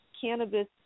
cannabis